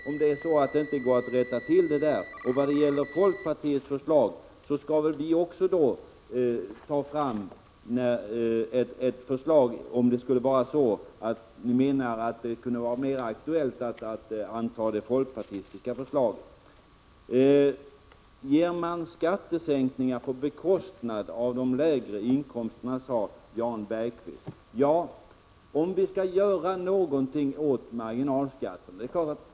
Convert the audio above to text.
Om det sedan inte går att komma till rätta med dessa saker, får vi väl ta upp diskussionen då. Om ni menar att det skulle bli mer aktuellt att anta ett folkpartistiskt förslag, kan vi väl ta fram ett sådant. Jan Bergqvist frågade: Vill man ge skattesänkningar på de lägre inkomsttagarnas bekostnad?